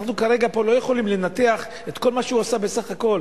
אנחנו לא יכולים כרגע לנתח את כל מה שהוא עשה בסך הכול,